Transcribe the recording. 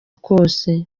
kose